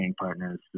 partner's